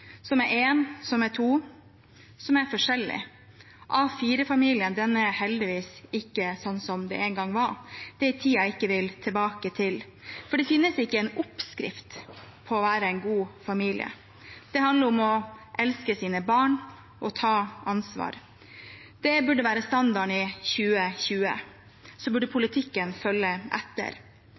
som er én, som er to, som er forskjellige. A4-familien er heldigvis ikke sånn som den engang var. Det er en tid jeg ikke vil tilbake til. For det finnes ikke en oppskrift på å være en god familie. Det handler om å elske sine barn og ta ansvar. Det burde være standarden i 2020, og så burde politikken følge etter.